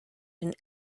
and